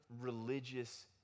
religious